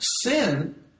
sin